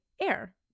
air